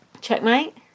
Checkmate